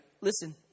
listen